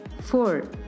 Four